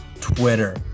Twitter